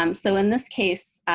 um so in this case,